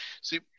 see